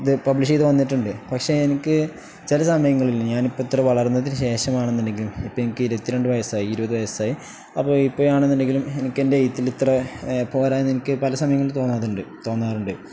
ഇത് പബ്ലിഷ് ചെയ്ത് തോന്നിട്ടുണ്ട് പക്ഷെ എനിക്ക് ചെല സമയങ്ങളില്ല ഞാനിപ്പ ഇത്ര വളർന്നതിന് ശേഷമാണെന്നുണ്ടെങ്കിലും ഇപ്പ എനിക്ക് ഇരുത്തി രണ്ട് വയസ്സായി ഇരുവത് വയസ്സായി അപ്പ ഇപ്പ ആണെന്നുണ്ടെങ്കിലും എനക്ക് എൻ്റെ എയ്ുത്തി ഇത്ര പോരന്ന് എനിക്ക് പല സമയങ്ങളിൽ തോന്നാറ്ണ്ട് തോന്നാറുണ്ട്